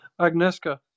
Agneska